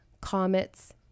comets